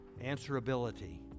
Answerability